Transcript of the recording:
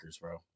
bro